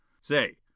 Say